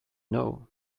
know